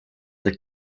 the